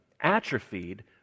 atrophied